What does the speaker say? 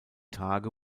tage